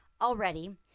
already